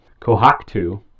Kohaku